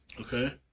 Okay